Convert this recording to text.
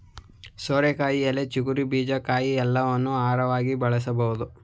ಸೋರೆಕಾಯಿಯ ಎಲೆ, ಚಿಗುರು, ಬೀಜ, ಕಾಯಿ ಎಲ್ಲವನ್ನೂ ಆಹಾರವಾಗಿ ಬಳಸಬೋದು